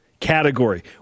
Category